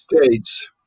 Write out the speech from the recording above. states